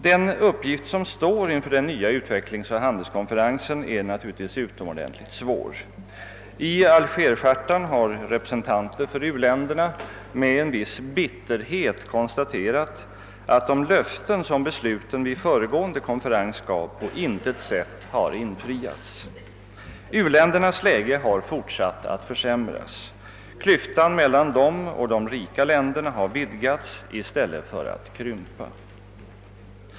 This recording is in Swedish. Den uppgift som den nya utvecklingsoch handelskonferensen står inför är naturligtvis utomordentligt svår. I Alger-chartan har representanter för u-länderna med en viss bitterhet konstaterat att de löften som besluten vid föregående konferens gav på intet sätt har infriats. U-ländernas läge har fortsatt att försämras. Klyftan mellan dem och de rika länderna har vidgats i stället för att krympa.